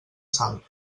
sal